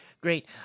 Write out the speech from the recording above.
Great